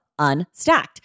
Unstacked